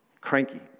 cranky